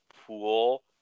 pool